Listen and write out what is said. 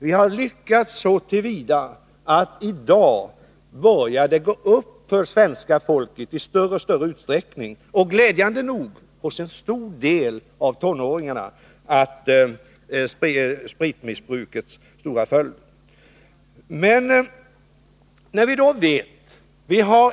Vi har lyckats så till vida att det i dag börjar gå upp i större utsträckning för svenska folket och glädjande nog hos en stor del av tonåringarna vilka svåra följder spritmissbruket har.